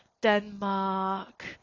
Denmark